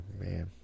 man